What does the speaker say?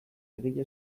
egile